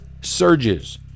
surges